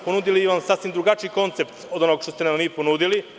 Ponudili smo jedan sasvim drugačiji koncept od onoga što ste nam vi ponudili.